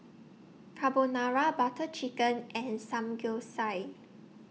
Carbonara Butter Chicken and Samgeyopsal